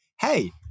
hey